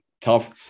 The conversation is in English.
tough